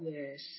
Yes